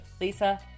Lisa